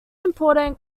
important